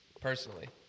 personally